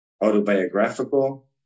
autobiographical